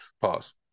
Pause